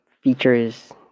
Features